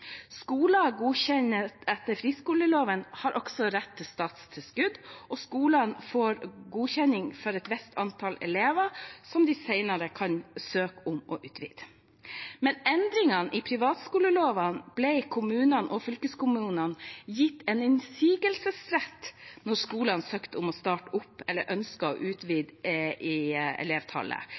Skoler godkjent etter friskoleloven har også rett til statstilskudd, og skolene får godkjenning for et visst antall elever, som de senere kan søke om å utvide. Med endringene i privatskoleloven ble kommunene og fylkeskommunene gitt en innsigelsesrett når skolene søker om å starte opp eller ønsker å utvide elevtallet. I